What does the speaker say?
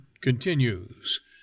continues